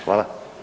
Hvala.